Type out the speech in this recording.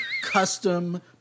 custom